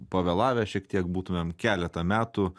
pavėlavę šiek tiek būtumėm keletą metų